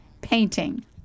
painting